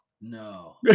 no